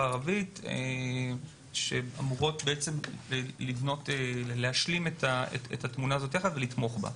הערבית שאמורות להשלים את התמונה ולתמוך בה.